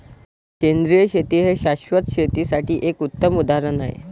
सेंद्रिय शेती हे शाश्वत शेतीसाठी एक उत्तम उदाहरण आहे